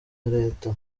leta